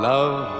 Love